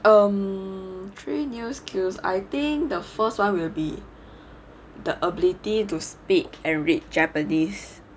um three new skills I think the first [one] will be the ability to speak and read japanese ya so